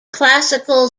classical